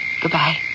Goodbye